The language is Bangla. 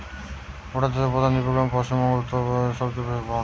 চাষ গটে প্রধান জীবিকা, এবং পশ্চিম বংগো, উত্তর প্রদেশে সবচেয়ে বেশি ফলন হয়টে